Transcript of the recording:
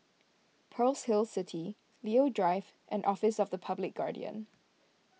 Pearl's Hill City Leo Drive and Office of the Public Guardian